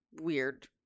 weird